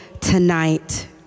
tonight